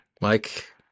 Mike